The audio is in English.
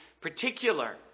particular